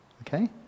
Okay